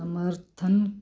ਸਮਰਥਨ